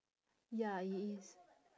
ya it is